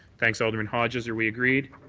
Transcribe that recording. thanks alderman hodges. are we agreed?